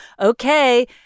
Okay